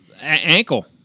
ankle